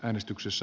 kannatan